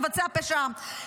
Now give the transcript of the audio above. מבצע פשע עם.